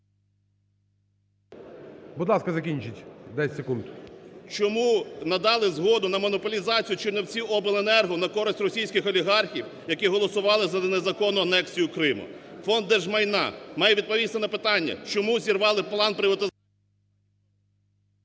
Чому надали згоду на монополізацію чи не всі обленерго на користь російських олігархів, які голосували за незаконну анексію Криму? Фонд держмайна має відповісти на питання, чому зібрали план приватизації…